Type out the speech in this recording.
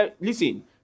Listen